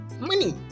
money